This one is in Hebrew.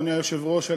אדוני היושב-ראש,